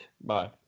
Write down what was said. Bye